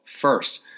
First